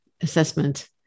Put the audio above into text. assessment